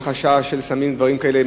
חשש של סמים ודברים וכאלה.